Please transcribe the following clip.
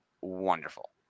wonderful